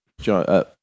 John